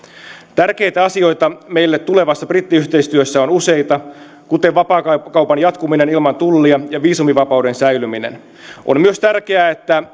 tärkeitä asioita meille tulevassa brittiyhteistyössä on useita kuten vapaakaupan jatkuminen ilman tullia ja viisumivapauden säilyminen on myös tärkeää että